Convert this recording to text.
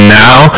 now